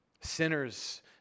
Sinners